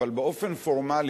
אבל באופן פורמלי,